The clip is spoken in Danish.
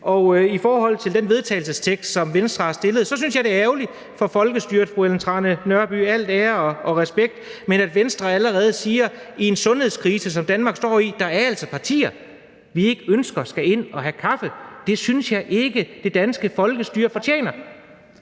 Og i forhold til det forslag til vedtagelse, som Venstre har stillet, synes jeg, at det er ærgerligt for folkestyret, fru Ellen Trane Nørby – al ære og respekt – at Venstre i en sundhedskrise, som Danmark står i, siger, at der er partier, som de ikke ønsker skal ind og have kaffe. Det synes jeg ikke det danske folkestyre fortjener.